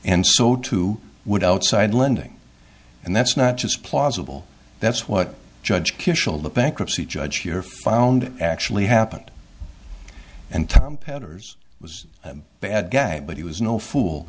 and so too would outside lending and that's not just plausible that's what judge kitchell the bankruptcy judge here found actually happened and tom petters was a bad guy but he was no fool